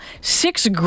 six